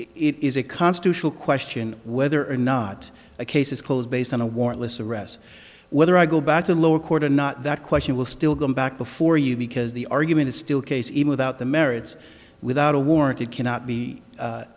it is a constitutional question whether or not a case is closed based on a warrantless arrest whether i go back to a lower court or not that question will still go back before you because the argument is still case even without the merits without a warrant it cannot be